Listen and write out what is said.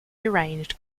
arranged